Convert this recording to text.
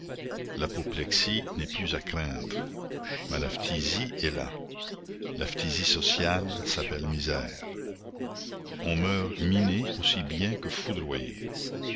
l'apoplexie n'est plus à craindre mais la phtisie est là la phtisie sociale s'appelle misère on meurt miné aussi bien que foudroyé